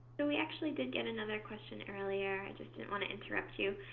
so we actually did get another question earlier. i just didn't want to interrupt you.